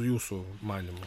jūsų manymu